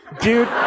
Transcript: Dude